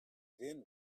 then